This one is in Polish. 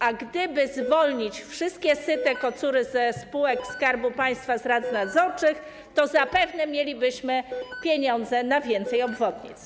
A gdyby zwolnić wszystkie syte kocury ze spółek Skarbu Państwa, z rad nadzorczych, to zapewne mielibyśmy pieniądze na więcej obwodnic.